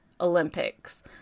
Olympics